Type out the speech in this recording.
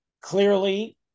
clearly